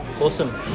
awesome